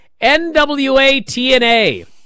NWATNA